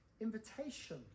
invitation